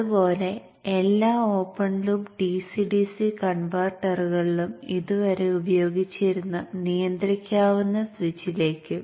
അതുപോലെ എല്ലാ open loop DC DC കൺവെർട്ടറുകളിലും ഇതുവരെ ഉപയോഗിച്ചിരുന്ന നിയന്ത്രിക്കാവുന്ന സ്വിച്ചിലേക്കും